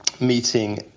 meeting